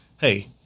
Hey